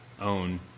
own